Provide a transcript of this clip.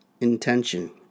intention